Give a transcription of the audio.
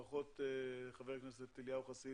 ברוך הבא חבר הכנסת אליהו חסיד